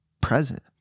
present